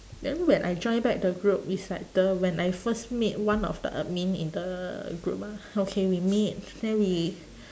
then when I join back the group is like the when I first meet one of the admin in the group ah okay we meet then we